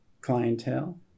clientele